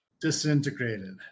disintegrated